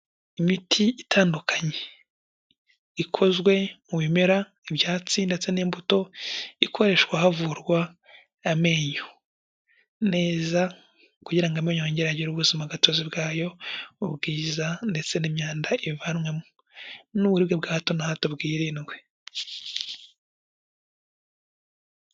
Imiti itandukanye, ikozwe mu bimera ibyatsi ndetse n'imbuto, ikoreshwa havurwa amenyo neza kugira amenyo yongere agire ubuzima gatozi bwayo, ubwiza ndetse n'imyanda ivanwemo, n'uburyo bwa hato na hato bwirindwe.